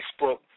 Facebook